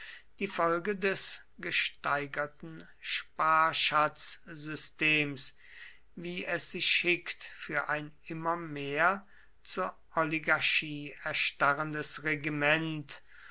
die folge des gesteigerten sparschatzsystems wie es sich schickt für ein immer mehr zur oligarchie erstarrendes regiment